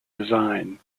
design